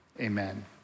amen